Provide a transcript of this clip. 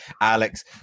Alex